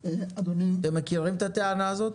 אתם מכירים את הטענה הזאת?